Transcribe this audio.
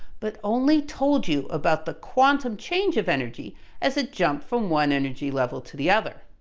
but only told you about the quantum change of energy as it jumped from one energy level to the other.